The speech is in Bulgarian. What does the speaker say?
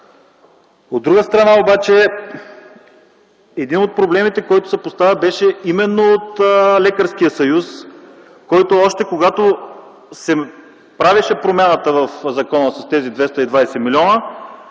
От друга страна обаче, един от проблемите, който се поставя, беше именно от Лекарския съюз, който още когато се правеше промяната в закона за тези 220 млн.